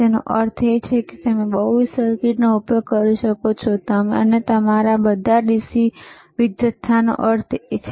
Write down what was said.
તેનો અર્થ એ કે તમે બહુવિધ સર્કિટનો ઉપયોગ કરી શકો છો અને આ તમારા DC વીજ જથ્થાનો અર્થ છે